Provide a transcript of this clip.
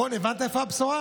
רון, הבנת איפה הבשורה?